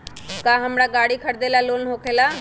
का हमरा गारी खरीदेला लोन होकेला?